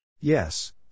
Yes